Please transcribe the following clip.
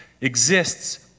exists